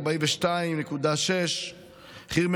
42.6 שקל,